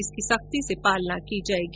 जिसकी सख्ती से पालना होगी